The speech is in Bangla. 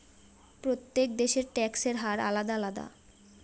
প্রত্যেক দেশের ট্যাক্সের হার আলাদা আলাদা